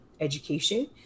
education